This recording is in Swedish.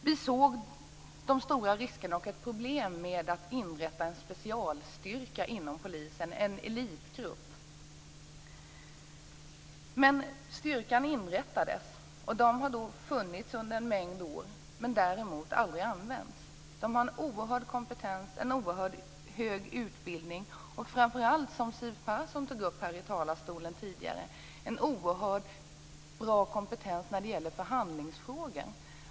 Vi såg de stora riskerna och de problem som fanns med att inrätta en specialstyrka eller elitgrupp inom polisen. Men styrkan inrättades. Den har nu funnits under en mängd år men aldrig använts. Styrkan har en oerhörd kompetens och en oerhört hög utbildning. Den har framför allt, vilket Siw Persson tog upp i talarstolen tidigare, en oerhörd kompetens när det gäller förhandlingsfrågor.